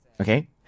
Okay